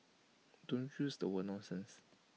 don't use the word nonsense